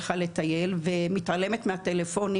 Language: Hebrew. ומתעלמת מהטלפונים,